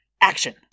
Action